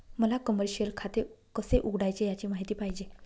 मला कमर्शिअल खाते कसे उघडायचे याची माहिती पाहिजे